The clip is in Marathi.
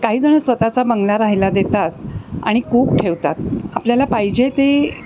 काही जण स्वतःचा बंगला राहायला देतात आणि कूक ठेवतात आपल्याला पाहिजे ते